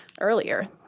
earlier